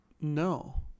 No